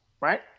right